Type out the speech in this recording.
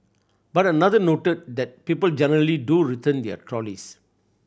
but another noted that people generally do return their trays